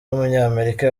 w’umunyamerika